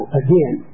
again